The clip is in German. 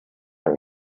der